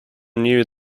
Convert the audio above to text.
knew